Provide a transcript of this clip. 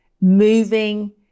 moving